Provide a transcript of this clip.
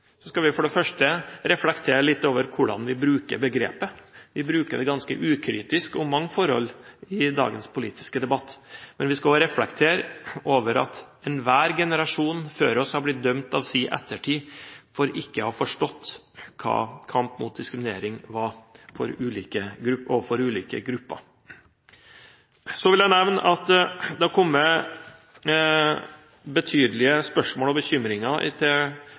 så måte. Når vi diskuterer diskriminering, skal vi for det første reflektere litt over hvordan vi bruker begrepet. Vi bruker det ganske ukritisk om mange forhold i dagens politiske debatt, men vi skal reflektere over at enhver generasjon før oss har blitt dømt av sin ettertid for ikke å ha forstått hva kamp mot diskriminering har vært for ulike grupper. Jeg vil også nevne at det har kommet betydelig med spørsmål og bekymringer til